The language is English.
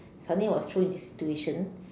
suddenly I was thrown into this situation